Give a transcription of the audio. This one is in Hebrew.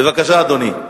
בבקשה, אדוני.